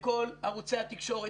בכל ערוצי התקשורת.